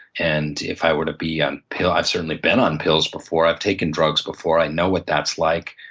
and if i were to be on pills. i've certainly been on pills before. i've taken drugs before. i know what that's like.